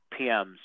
pms